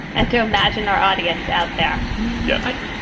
and to imagine our audience out there yes,